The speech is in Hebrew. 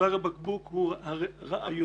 צוואר הבקבוק הוא הראיונות.